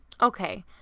Okay